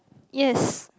yes